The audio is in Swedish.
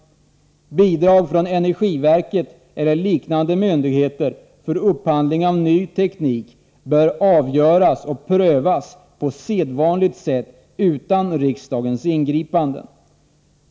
Bidrag från energiverket eller liknande myndigheter för upphandling av ny teknik bör avgöras och prövas på sedvanligt sätt utan riksdagens ingripande.